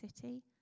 city